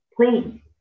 please